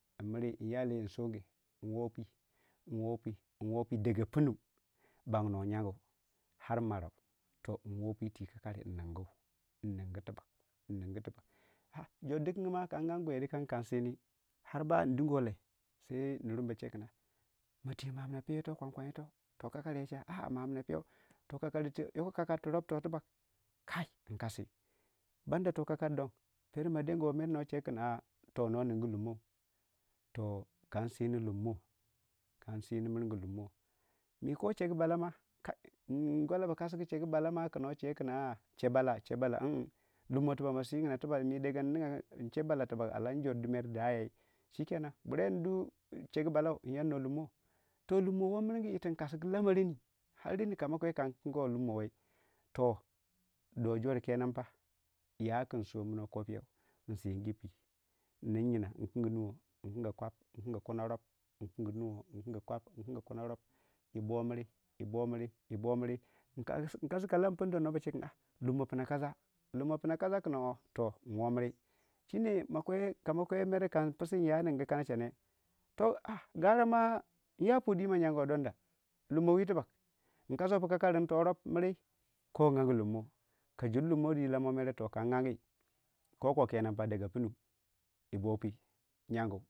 Am man de nyalei nsoge nwoopu nwoopu nwoopu daga piinnu bannuwe yangu ar marau toh nwoopii tii kakari nningu nningu tibbag nningu tibbag a'a jordikagi ma kan angi gwaidikangu kansini ar bandiguwei lahi sai Nurmi bachekin ma Iyo ma amna piiyou kwankwan ito to kakaryacha a'a ma'tiyo mahamna piiyou yoko kakari tu rop toh tubbag kai nkasi banda toh kakari don pero ma denguwe mere no chegu kin toh a'a no ningu lummou toh kansinu lumma kansini mirgu lummo miko chegu balama kai ngwallabu chegu balama kino chekin a'a chebala chebala mm lummo tubbag ma singna tubbag mi daga nchebala tibbag a lam jordu mere dayei chikeney bure ndu chegu balau nyannuwa. Nyannuwe lummo toh lummo woo migu yirtun kasgu amareni ar reni kamo kwei kan kin guwei lummowai toh do jorkenen pa yakun somunuwei ko piiyau nsigipii ninyina nkingi nuwodi ningi kwapi nkingi kunorop nkingi nuwoo nkingi kwap nkingi kuno rop yi boo miri yi boomiri yi boomiri nkasi kalam punu don na bache kin lummo piina kasa lummo piina kasa woo toh nwoomiri makwe kamakwe mere kan pusu mere nya ningu kanechene toh a garama, nya eui dima yanguwa donda lummo wii tibbag nkasuwai u kakarin toh rop miri ko nangi lummo ka jor- lummo dii mere lamuwei kan angi koko kenanpa daga piinnu yii boopii yangu yii boopii.